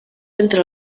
entre